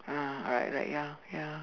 ah right right ya